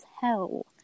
hell